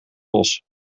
los